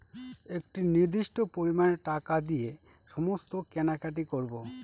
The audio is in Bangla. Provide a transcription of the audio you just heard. একটি নির্দিষ্ট পরিমানে টাকা দিয়ে সমস্ত কেনাকাটি করবো